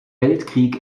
weltkrieg